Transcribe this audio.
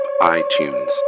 iTunes